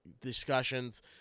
discussions